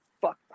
fuck